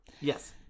Yes